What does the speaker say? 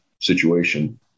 situation